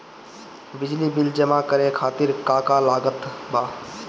बिजली बिल जमा करे खातिर का का लागत बा?